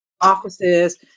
offices